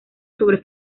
sobre